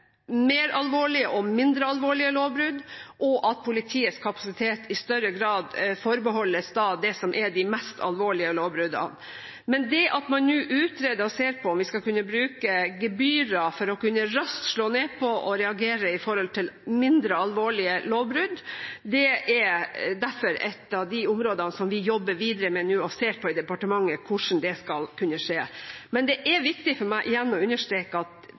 mer alvorlige og mindre alvorlige lovbrudd, og at politiets kapasitet i større grad forbeholdes det som er de mest alvorlige lovbruddene. Vi utreder nå om vi skal bruke gebyrer for raskt å kunne slå ned på og reagere på mindre alvorlige lovbrudd. Hvordan det skal kunne skje, er ett av de områdene som vi ser på og jobber videre med nå i departementet. Men det er viktig for meg igjen å understreke at